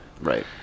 Right